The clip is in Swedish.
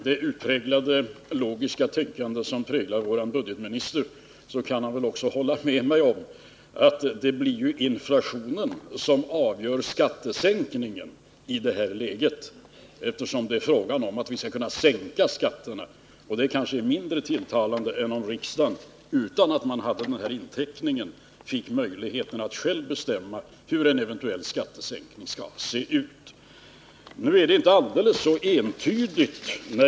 Med det utpräglade logiska tänkande som präglar vår budgetminister kan han också hålla med mig om att det blir inflationen som avgör skattesänkningen i det här läget, eftersom det är fråga om att vi skall kunna sänka skatterna, och det är kanske mindre tilltalande än om riksdagen hade möjlighet att bestämma hur en eventuell skattesänkning skulle se ut utan att ha den här inteckningen.